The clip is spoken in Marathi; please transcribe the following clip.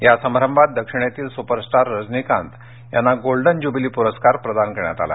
या समारभात दक्षिणेतील सुपरस्टार रजनीकांत यांना गोल्डन ज्युबिली पुरस्कार प्रदान करण्यात आला